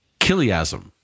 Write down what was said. Kiliasm